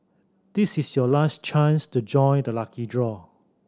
this is your last chance to join the lucky draw